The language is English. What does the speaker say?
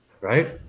right